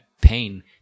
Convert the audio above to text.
pain